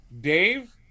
dave